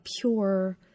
pure